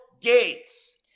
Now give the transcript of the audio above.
Gates